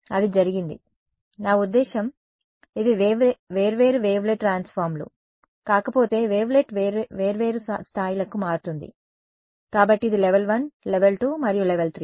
అది జరిగింది నా ఉద్దేశ్యం ఇవి వేర్వేరు వేవ్లెట్ ట్రాన్స్ఫార్మ్లు కాకపోతే వేవ్లెట్ వేర్వేరు స్థాయిలకు మారుతుంది కాబట్టి ఇది లెవల్ 1 లెవల్ 2 మరియు లెవల్ 3